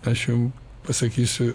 aš jum pasakysiu